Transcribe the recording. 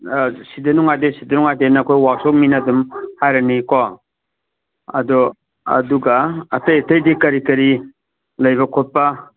ꯑꯥ ꯁꯤꯗ ꯅꯨꯡꯉꯥꯏꯇꯦ ꯁꯤꯗ ꯅꯨꯡꯉꯥꯏꯇꯦꯅ ꯑꯩꯈꯣꯏ ꯋꯥꯛꯁꯣꯞ ꯃꯤꯅ ꯑꯗꯨꯝ ꯍꯥꯏꯔꯅꯤꯀꯣ ꯑꯗꯣ ꯑꯗꯨꯒ ꯑꯇꯩ ꯑꯇꯩꯗꯤ ꯀꯔꯤ ꯀꯔꯤ ꯂꯩꯕ ꯈꯣꯠꯄ